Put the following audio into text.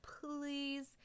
please